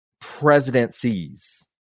presidencies